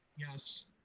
yes.